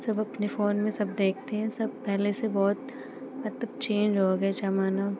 सब अपने फ़ोन में सब देखते हैं सब पहले से बहुत मतलब चेंज हो गया है ज़माना